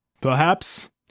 Perhaps